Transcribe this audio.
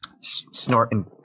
snorting